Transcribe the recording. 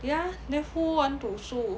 ya then who want to 输